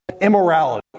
immorality